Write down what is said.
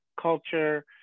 culture